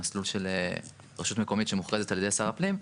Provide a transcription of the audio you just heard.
המסלול של רשות מקומית שמוכרזת על ידי שר הפנים,